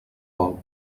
vol